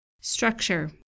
Structure